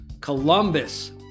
Columbus